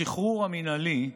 השחרור המינהלי,